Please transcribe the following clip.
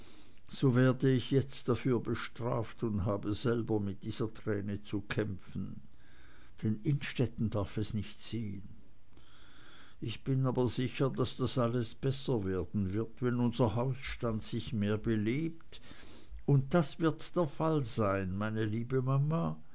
so werde ich jetzt dafür bestraft und habe selber mit dieser träne zu kämpfen denn innstetten darf es nicht sehen ich bin aber sicher daß das alles besser werden wird wenn unser hausstand sich mehr belebt und das wird der fall sein meine liebe mama